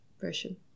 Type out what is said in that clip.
version